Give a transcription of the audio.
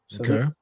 Okay